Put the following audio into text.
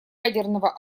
ядерного